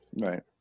Right